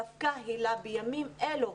דווקא היל"ה בימים אלו,